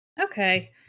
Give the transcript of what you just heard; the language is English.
Okay